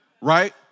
right